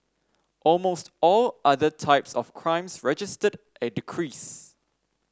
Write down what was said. almost all other types of crimes registered a decrease